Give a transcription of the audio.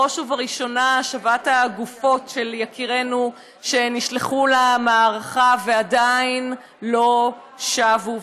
בראש ובראשונה השבת הגופות של יקירינו שנשלחו למערכה ועדיין לא שבו,